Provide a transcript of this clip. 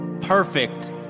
Perfect